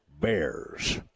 Bears